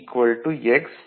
y z x